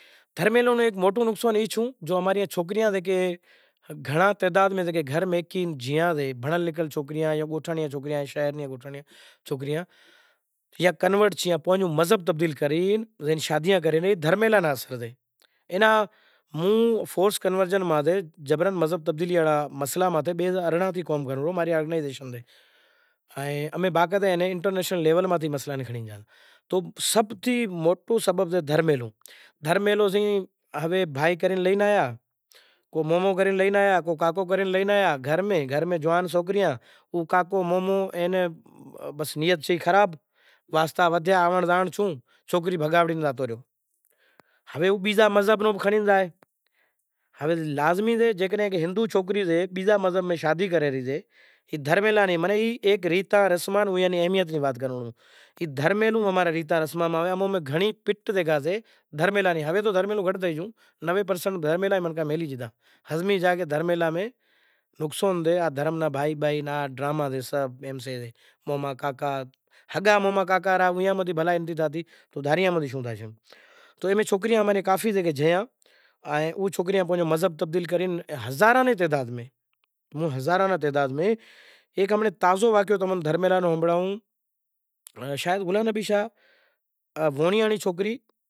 تمیں سندہی جیکو بھی سئہ پنہنجو ریت رسم کرئے سے، امیں جیکو وڈیارا قوم سئے ای اکثر کرے جیکو لیڈیز سے او ساڑہی وگیرا پہرے سئے جیکو مرد سئے او اچھو وگو پہرے سئے، گھوٹ ناں بی امیں اچھو دھورو وگو ای پہراہوے پسے بیزو سہرو باندہے پرنڑانونڑ لی زایساں پسے ای ریت رسم سئے جیکو بھی سئے چار پھیرا اماں میں تھائسیں، وڈیارا قوم میں چار پھیرا جیکو تھائیسیں۔ چار پھیرا تھئی رہیسیں پسے چار پھیرا ہالے پسے جیکو بی سئے این دھوڑو دہاگو وگیرا جیکو بھی سئے باندھیو زائیشے، باندی پسے ایئے ناں سیڑے پاسے مانڈوو تھائیسے، مانڈوو تھائی سیڑے پسے وری امیں مانڈوو تھے پسے امیں سوکری ناں پسے میکے سئہ، میکے ناں پسے وڑے زائے رو، آوے سے مائیٹاں میں ہاریاں میں، ٹھیک اے ناں۔ ائنا علاوہ پسے ورے پسے آوے پسے منتر وگیرہ جیکو بی سے دہوڑا وگیرا جیکو بی سے کھولاواں سیں۔ ان بیزی وات ای سے کی اماں رو جیکو دیواری رو تہوار آوے تھے دیواری رو تہوار ای سے کہ چوڈنہن سال جیکو امارا رام جیکو سے بنواس جاتا۔ رام جیکو ہتا اے ہمارا بنواس زاتا اینی وجہ تی امیں دیواری مناووی زائیشے، دیواری مناویساں، ہولی سے جیکو ہولکا نیں ماری تھیں۔ انے ہولی رنگانڑو تھی، ہولی رو تہوار مناوو زائیسے۔ خاص کرے امیں جیکو بی سئے ویواہ اندر ہمارو ای سسٹم ہلے سئے کہ ہمیں پہری وات ای کہ پہری شروع شروع میں آگے تھئاسی۔ اگیا تھائے سیڑے پسے ورے لگن پتری روانی کراں، لگن پتری ڈے سیڑے پسے ورے